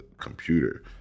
computer